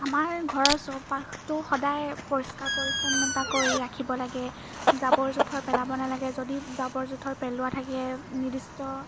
আমাৰ ঘৰৰ চৌপাশটো সদায় পৰিষ্কাৰ পৰিচ্ছন্নতা কৰি ৰাখিব লাগে জাবৰ জোথৰ পেলাব নেলাগে যদি জাবৰ জোথৰ পেলোৱা থাকে নিৰ্দিষ্ট